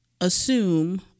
assume